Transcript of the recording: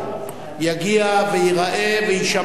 יגיע וייראה ויישמע,